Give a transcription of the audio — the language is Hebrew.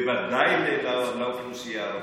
בוודאי לאוכלוסייה הערבית.